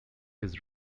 his